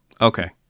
Okay